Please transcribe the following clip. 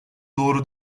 doğru